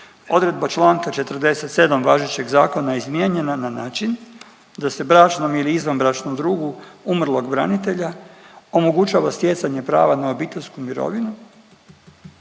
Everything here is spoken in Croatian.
odredba članka 47. važećeg zakona izmijenjena na način da se bračnom ili izvanbračnom drugu umrlog branitelja omogućava stjecanje prava na obiteljsku mirovinu